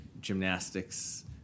gymnastics